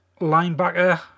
linebacker